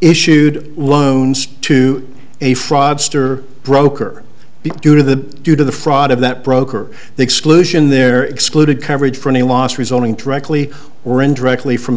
issued loans to a fraudster broker be due to the due to the fraud of that broker the exclusion there excluded coverage for any loss rezoning directly or indirectly from a